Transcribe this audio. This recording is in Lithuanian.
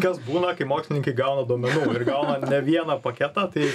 kas būna kai mokslininkai gauna duomenų ir gauna vieną paketą tai